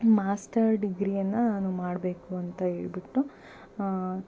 master ಡಿಗ್ರಿಯನ್ನು ನಾನು ಮಾಡಬೇಕು ಅಂತ ಹೇಳ್ಬಿಟ್ಟು